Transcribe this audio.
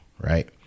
right